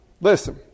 Listen